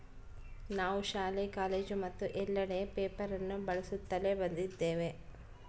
ನಾವು ಶಾಲೆ, ಕಾಲೇಜು ಮತ್ತು ಎಲ್ಲೆಡೆ ಪೇಪರ್ ಅನ್ನು ಬಳಸುತ್ತಲೇ ಬಂದಿದ್ದೇವೆ